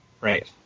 Right